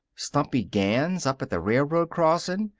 stumpy gans, up at the railroad crossing?